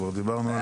כבר דיברנו על זה.